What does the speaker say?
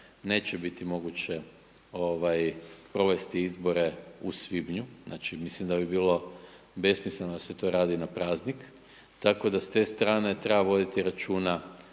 neće biti moguće provesti izbore u svibnju. Znači, mislim da bi bilo besmisleno da se to radi na praznik, tako da, s te strane treba voditi računa